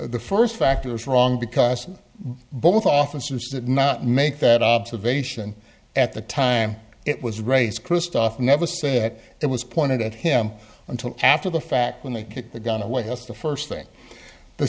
the first factor is wrong because both officers did not make that observation at the time it was race christoff never said it was pointed at him until after the fact when they kicked the gun away that's the first thing the